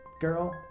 girl